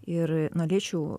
ir norėčiau